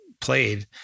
played